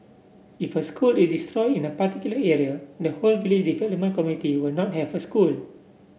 if a school is destroyed in a particular area the whole village development committee will not have a school